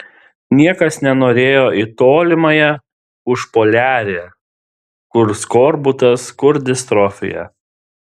niekas nenorėjo į tolimąją užpoliarę kur skorbutas kur distrofija